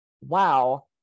Wow